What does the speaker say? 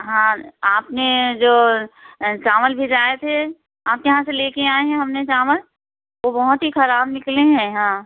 हाँ आपने जो चावल भेजाए थे आपके यहाँ से लेकर आएँ हैं हमने चावल वो बहुत ही ख़राब निकले हैं हाँ